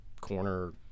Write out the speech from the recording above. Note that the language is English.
corner